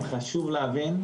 ואנחנו ניפגש ונשב.